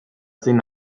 zein